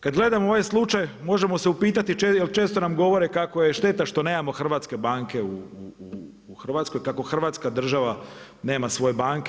Kad gledamo ovaj slučaj možemo se upitati jer često nam govore kako je šteta što nemamo hrvatske banke u Hrvatskoj, kako Hrvatska država nema svoje banke.